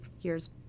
years